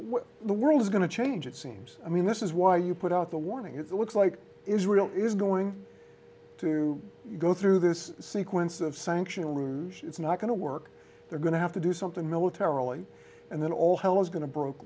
what the world is going to change it seems i mean this is why you put out the warning it looks like israel is going to go through this sequence of sanction rouge it's not going to work they're going to have to do something militarily and then all hell is going to broke